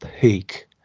peak